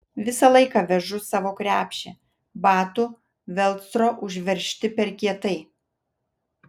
visą laiką vežu savo krepšį batų velcro užveržti per kietai